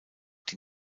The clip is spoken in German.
die